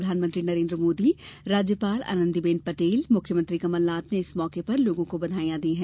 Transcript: प्रधानमंत्री नरेन्द्र मोदी राज्यपाल आनंदीबेन पटेल मुख्यमंत्री कमलनाथ ने इस मौके पर लोगो को बधाई दी है